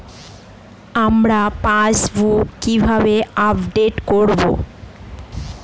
আমার পাসবুক কিভাবে আপডেট করবো?